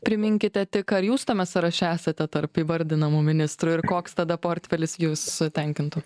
priminkite tik ar jūs tame sąraše esate tarp įvardinamų ministrų ir koks tada portfelis jus tenkintų